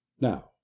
Now